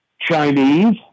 Chinese